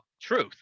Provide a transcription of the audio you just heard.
truth